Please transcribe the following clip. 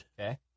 Okay